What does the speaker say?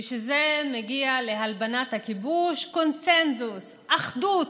כשזה מגיע להלבנת הכיבוש, קונסנזוס, אחדות.